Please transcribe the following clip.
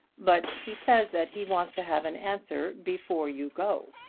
but he says that he wants to have an answer before you go.